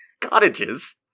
cottages